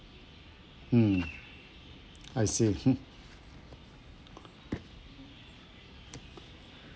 mm I see hmm